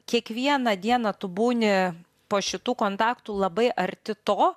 kiekvieną dieną tu būni po šitų kontaktų labai arti to